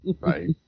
Right